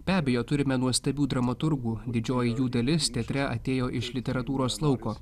be abejo turime nuostabių dramaturgų didžioji jų dalis teatre atėjo iš literatūros lauko